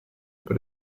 per